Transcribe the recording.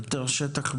שהיום,